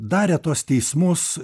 darė tuos teismus